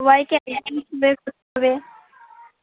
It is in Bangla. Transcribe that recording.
সবাইকে করতে হবে